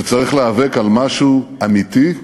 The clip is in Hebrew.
כשצריך להיאבק על משהו אמיתי,